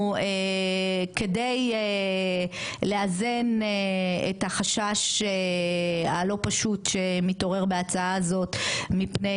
כדי לאזן את החשש הלא פשוט שמתעורר בהצעה הזאת מפני